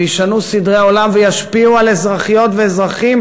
וישנו סדרי עולם וישפיעו על אזרחיות ואזרחים